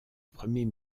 premier